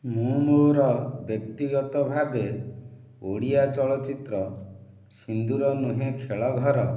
ମୁଁ ମୋର ବ୍ୟକ୍ତିଗତ ଭାବେ ଓଡ଼ିଆ ଚଳଚିତ୍ର ସିନ୍ଦୁର ନୁହେଁ ଖେଳ ଘର